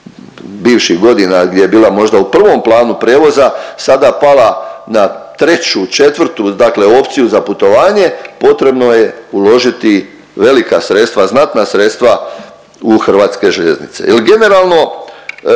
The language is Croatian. bivših godina gdje je bila možda u prvom planu prijevoza sada pala na treću, četvrtu, dakle opciju za putovanje potrebno je uložiti velika sredstva, znatna sredstva u Hrvatske željeznice